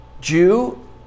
Jew